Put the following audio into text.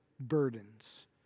burdens